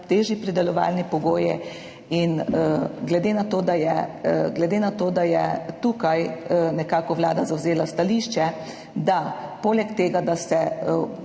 težji pridelovalni pogoji. In glede na to, da je tukaj nekako Vlada zavzela stališče, da poleg tega, da se